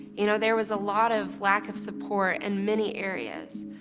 you know there was a lot of lack of support in many areas.